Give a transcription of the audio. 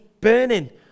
burning